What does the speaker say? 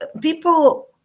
People